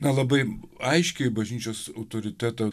na labai aiškiai bažnyčios autoritetą